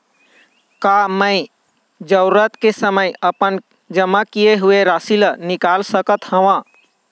का मैं जरूरत के समय अपन जमा किए हुए राशि ला निकाल सकत हव?